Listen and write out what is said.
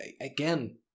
again